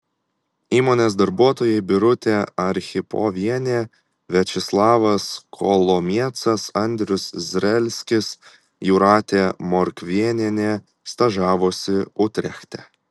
įmonės darbuotojai birutė archipovienė viačeslavas kolomiecas andrius zrelskis jūratė morkvėnienė stažavosi utrechte